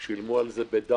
הם שילמו על זה בדם,